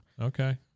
Okay